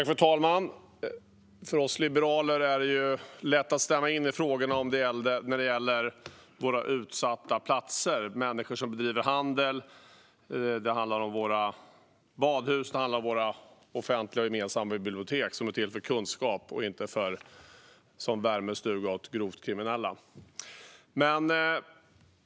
Fru talman! För oss liberaler är det lätt att stämma in i frågorna om utsatta platser. Det handlar om människor som bedriver handel, våra badhus samt våra offentliga och gemensamma bibliotek som är till för kunskap, inte att vara värmestuga åt grovt kriminella.